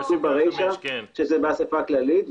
שזה באסיפה הכללית,